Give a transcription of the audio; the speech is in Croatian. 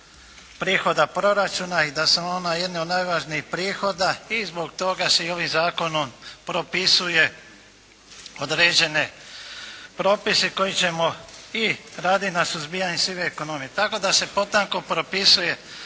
prihoda proračuna i da su nam oni jedni od najvažnijih prihoda i zbog toga se i ovim zakonom propisuje određeni propisi kojim ćemo i raditi na suzbijanju sive ekonomije. Tako da se potanko propisuje